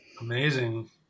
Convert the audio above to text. Amazing